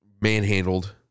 manhandled